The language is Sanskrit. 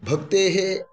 भक्तेः